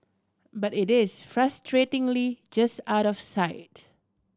but it is frustratingly just out of sight